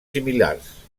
similars